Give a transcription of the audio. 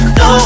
no